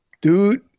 dude